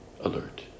alert